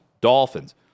Dolphins